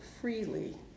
freely